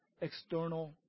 external